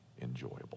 enjoyable